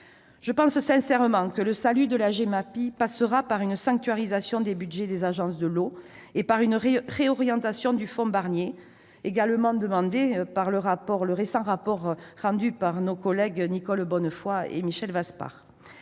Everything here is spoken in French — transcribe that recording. Je pense sincèrement que le salut de la Gemapi passera par une sanctuarisation des budgets des agences de l'eau et par une réorientation du fonds Barnier, préconisée par le récent rapport de nos collègues Nicole Bonnefoy et Michel Vaspart.